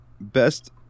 best